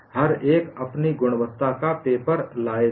हर एक अपनी गुणवत्ता का पेपर लाए थे